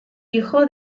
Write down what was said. hijo